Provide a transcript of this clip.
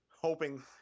hoping